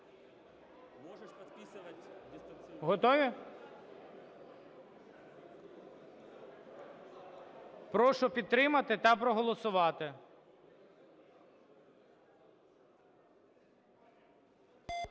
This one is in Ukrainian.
Готові? Прошу підтримати та проголосувати.